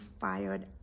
fired